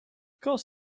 course